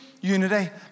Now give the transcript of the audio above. unity